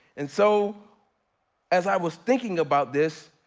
and so as i was thinking about this,